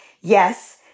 Yes